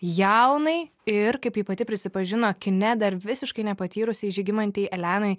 jaunai ir kaip ji pati prisipažino kine dar visiškai nepatyrusiai žygimantei elenai